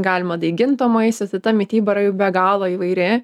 galima daiginto maisto tai ta mityba yra jų be galo įvairi